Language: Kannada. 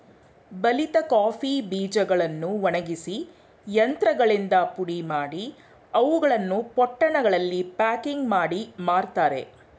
ಬಲಿತ ಕಾಫಿ ಬೀಜಗಳನ್ನು ಒಣಗಿಸಿ ಯಂತ್ರಗಳಿಂದ ಪುಡಿಮಾಡಿ, ಅವುಗಳನ್ನು ಪೊಟ್ಟಣಗಳಲ್ಲಿ ಪ್ಯಾಕಿಂಗ್ ಮಾಡಿ ಮಾರ್ತರೆ